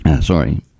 Sorry